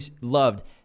loved